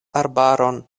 arbaron